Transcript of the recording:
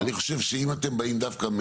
אני חושב שאם אתם באים דווקא ב